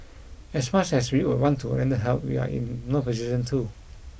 as much as we would want to render help we are in no position to